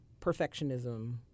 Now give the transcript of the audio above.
perfectionism